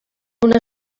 una